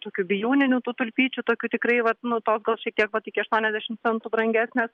tokiu bijūninių tų tulpyčių tokių tikrai vat nu tokios šiektiek vat iki aštuoniasdešimt centų brangesnės